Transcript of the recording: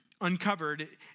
uncovered